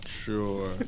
Sure